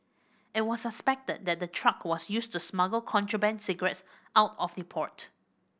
it was suspected that the truck was used to smuggle contraband cigarettes out of the port